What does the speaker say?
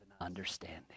understanding